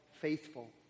faithful